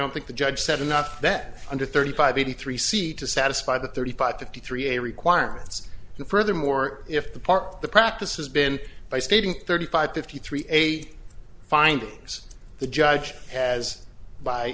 don't think the judge said enough that under thirty five eighty three c to satisfy the thirty five fifty three a requirements and furthermore if the park the practice has been by stating thirty five fifty three eight findings the judge has by